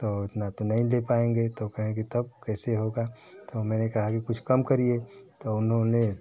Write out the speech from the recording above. तो उतना तो नहीं दे पाएंगे तो कहें कि तब कैसे होगा तो मैंने कहा कि कुछ कम करिए तो उन्होंने